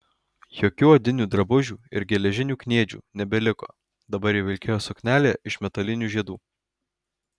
jokių odinių drabužių ir geležinių kniedžių nebeliko dabar ji vilkėjo suknelę iš metalinių žiedų